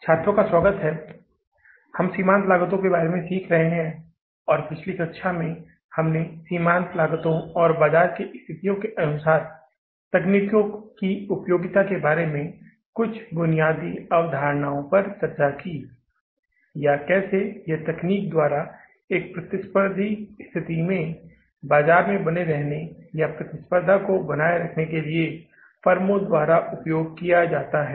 छात्रों का स्वागत है हम सीमांत लागतों के बारे में सीख रहे हैं और पिछली कक्षा में हमने सीमांत लागतों और बाजार की स्थितियों के अनुसार तकनीकों की उपयोगिता के बारे में कुछ बुनियादी अवधारणा पर चर्चा की या कैसे इस तकनीक द्वारा एक प्रतिस्पर्धी स्थिति में बाजार में बने रहने या प्रतिस्पर्धा को बनाए रखने के लिए फर्मों द्वारा उपयोग किया जा सकता है